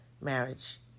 marriage